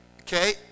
Okay